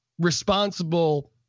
responsible